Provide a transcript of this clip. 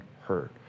hurt